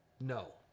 no